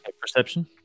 perception